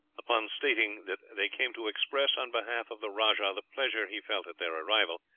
upon stating that they came to express, on behalf of the rajah, the pleasure he felt at their arrival,